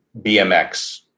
BMX